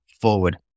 forward